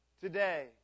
Today